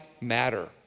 matter